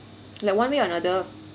like one way or another